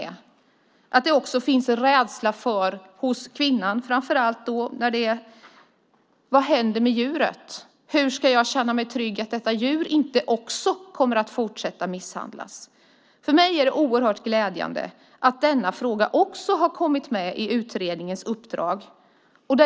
Det kan finnas en rädsla hos den misshandlade för vad som händer med djuret. Hur ska man känna sig trygg med att djuret inte fortsätter att misshandlas? För mig är det glädjande att denna fråga också har kommit med i utredningens uppdrag.